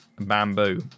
bamboo